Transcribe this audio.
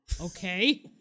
Okay